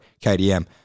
KDM